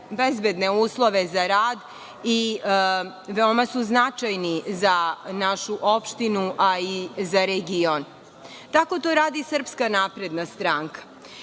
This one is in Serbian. bezbedne uslove za rad i veoma su značajni za našu opštinu, a i za region. Tako to radi SNS.Ono što